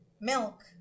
milk